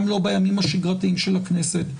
גם לא בימים השגרתיים של הכנסת,